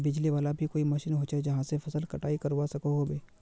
बिजली वाला भी कोई मशीन होचे जहा से फसल कटाई करवा सकोहो होबे?